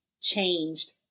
changed